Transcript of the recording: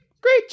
Great